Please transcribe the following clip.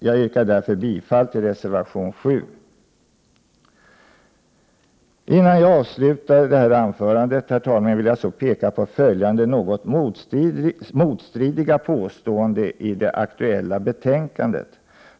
Jag yrkar därför bifall till reservation 7. Innan jag slutar det här anförandet, herr talman, vill jag peka på följande något motstridiga påståenden i det aktuella betänkandet.